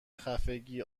خفگی